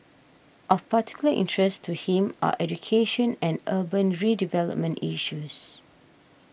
of particular interest to him are education and urban redevelopment issues